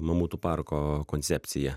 mamutų parko koncepcija